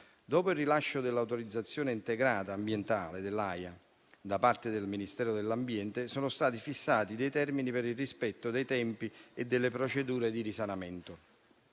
Dopo il rilascio dell'autorizzazione integrata ambientale (AIA), da parte del Ministero dell'ambiente, sono stati fissati termini per il rispetto dei tempi e delle procedure di risanamento.